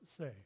say